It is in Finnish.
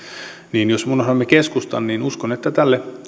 niin jos unohdamme keskustan niin uskon että tälle